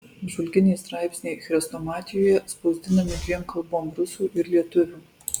apžvalginiai straipsniai chrestomatijoje spausdinami dviem kalbom rusų ir lietuvių